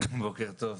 בוקר טוב.